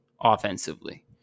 offensively